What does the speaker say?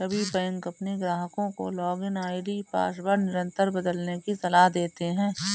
सभी बैंक अपने ग्राहकों को लॉगिन आई.डी पासवर्ड निरंतर बदलने की सलाह देते हैं